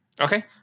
Okay